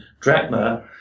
drachma